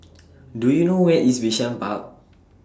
Do YOU know Where IS Bishan Park